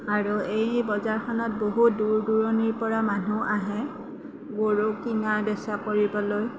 আৰু এই বজাৰখনত বহুত দূৰ দূৰণিৰ পৰা মানুহ আহে গৰু কিনা বেচা কৰিবলৈ